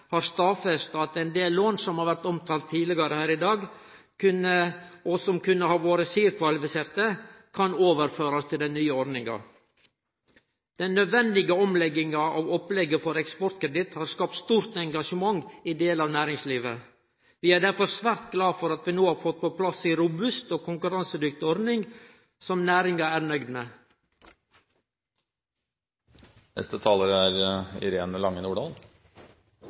har stadfest at ein del lån som har vore omtala tidlegare her i dag, og som kunne ha vore CIRR-kvalifiserte, kan overførast til den nye ordninga. Den nødvendige omlegginga av opplegget for eksportkreditt har skapt stort engasjement i delar av næringslivet. Vi er derfor svært glade for at vi no har fått på plass ei robust og konkurransedyktig ordning som næringa er nøgd